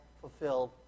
fulfilled